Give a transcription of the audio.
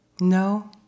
No